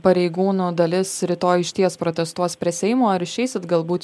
pareigūnų dalis rytoj išties protestuos prie seimo ar išeisit galbūt